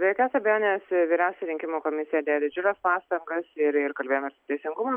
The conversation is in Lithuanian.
be jokios abejonės vyriausioji rinkimų komisija dėjo didžiules pastangas ir ir kalbėjomės su teisingumo